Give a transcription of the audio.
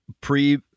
pre